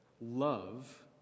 Love